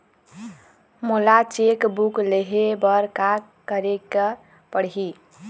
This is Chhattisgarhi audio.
मोला चेक बुक लेहे बर का केरेक पढ़ही?